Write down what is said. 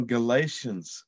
Galatians